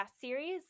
series